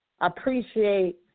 appreciate